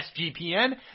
SGPN